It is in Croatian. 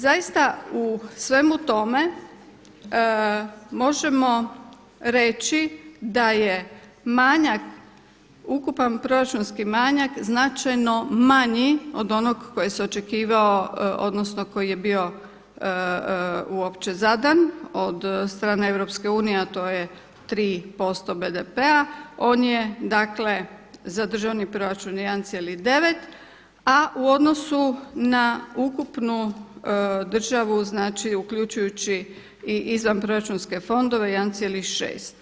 Zaista, u svemu tome možemo reći da je manjak, ukupan proračunski manjak značajno manji od onoga koji se očekivao odnosno koji je bio uopće zadan od strane EU a to je 3% BDP-a on je dakle za državni proračun 1,9 a u odnosu na ukupnu državnu znači uključujući i izvanproračunske fondove 1,6.